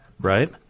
right